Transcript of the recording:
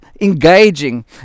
engaging